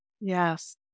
Yes